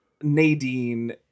Nadine